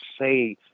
say